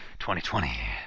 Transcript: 2020